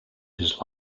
his